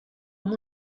amb